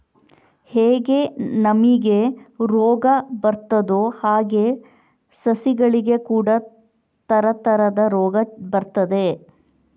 ಹೇಗೆ ನಮಿಗೆ ರೋಗ ಬರ್ತದೋ ಹಾಗೇ ಸಸಿಗಳಿಗೆ ಕೂಡಾ ತರತರದ ರೋಗ ಬರ್ತದೆ